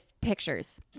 pictures